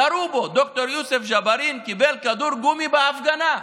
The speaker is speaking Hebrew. ירו בו, ד"ר יוסף ג'בארין קיבל כדור גומי בהפגנה,